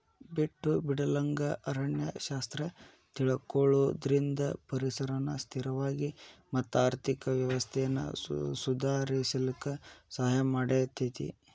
ಬಿಟ್ಟು ಬಿಡಲಂಗ ಅರಣ್ಯ ಶಾಸ್ತ್ರ ತಿಳಕೊಳುದ್ರಿಂದ ಪರಿಸರನ ಸ್ಥಿರವಾಗಿ ಮತ್ತ ಆರ್ಥಿಕ ವ್ಯವಸ್ಥೆನ ಸುಧಾರಿಸಲಿಕ ಸಹಾಯ ಮಾಡತೇತಿ